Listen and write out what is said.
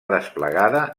desplegada